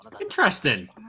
Interesting